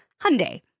Hyundai